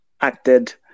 acted